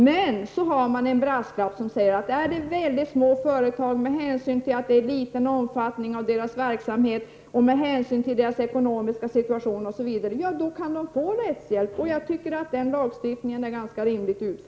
Dock finns det en brasklapp som går ut på att små företag med liten omfattning på verksamheten och en besvärlig ekonomisk situation kan få rättshjälp. Jag tycker att lagstiftningen är utformad på ett rimligt sätt.